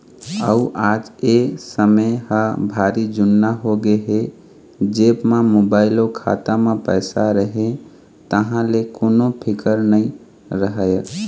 अउ आज ए समे ह भारी जुन्ना होगे हे जेब म मोबाईल अउ खाता म पइसा रहें तहाँ ले कोनो फिकर नइ रहय